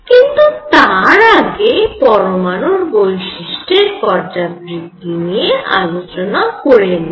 কিন্তু তার আগে পরমাণুর বৈশিষ্ট্যের পর্যাবৃত্তি নিয়ে আলোচনা করে নিই